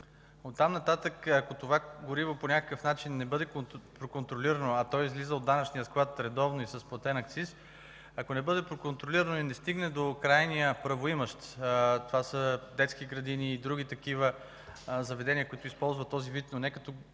От там нататък, ако това гориво не бъде контролирано по някакъв начин, а то излиза от данъчния склад редовно и с платен акциз, ако не бъде проконтролирано и не стигне до крайния правоимащ – това са детски градини и други заведения, които използват гориво, но не като